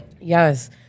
Yes